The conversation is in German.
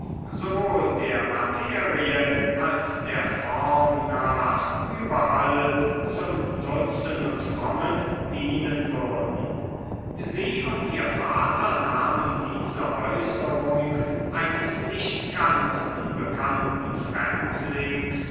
sowohl der materie als der form nach überall zum nutzen und frommen dienen würden sie und ihr vater nahmen diese äußerung eines nicht ganz unbekannten fremdlings